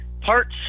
Parts